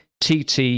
TT